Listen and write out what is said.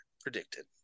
predicted